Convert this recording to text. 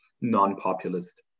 non-populist